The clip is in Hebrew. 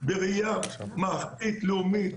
בראייה מערכתית-לאומית,